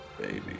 baby